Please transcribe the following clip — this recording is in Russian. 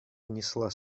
внесла